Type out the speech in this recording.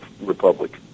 Republic